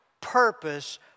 purpose